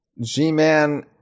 G-Man